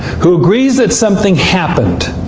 who agrees that something happened,